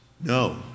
no